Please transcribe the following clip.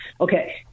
Okay